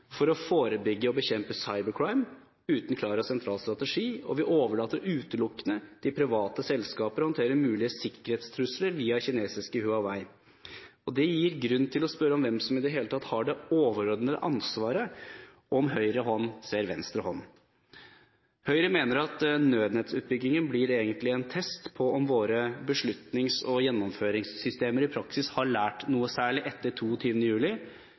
for å forebygge og bekjempe «cybercrime» uten en klar og sentral strategi. Vi overlater utelukkende til private selskaper å håndtere mulige sikkerhetstrusler via kinesiske Huawei. Det gir grunn til å spørre hvem som i det hele tatt har det overordnede ansvaret – om høyre hånd ser venstre hånd. Høyre mener at nødnettutbyggingen egentlig blir en test på om våre beslutnings- og gjennomføringssystemer i praksis har lært noe særlig etter 22. juli,